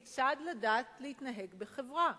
לדעת כיצד להתנהג בחברה,